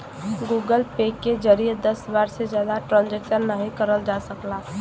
Google Pay के जरिए दस बार से जादा ट्रांजैक्शन नाहीं करल जा सकला